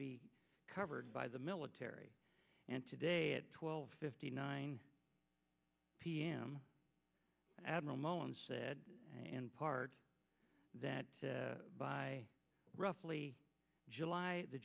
be covered by the military and today at twelve fifty nine p m admiral mullen said and part that by roughly july the